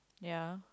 ya